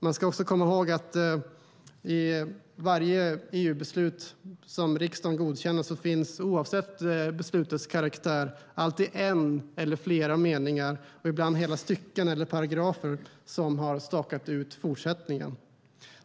Man ska också komma ihåg det att i varje EU-beslut som riksdagen godkänner - oavsett beslutets karaktär - alltid finns en eller flera meningar och ibland hela stycken eller paragrafer som har stakat ut fortsättningen.